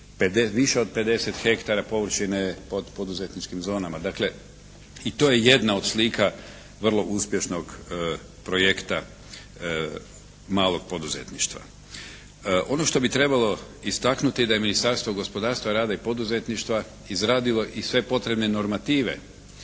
više od 50 hektara površine pod poduzetničkim zonama. Dakle, i to je jedna od slika vrlo uspješnog projekta malog poduzetništva. Ono što bi trebalo istaknuti da je Ministarstvo gospodarstva, rada i poduzetništva izradilo i sve potrebne normative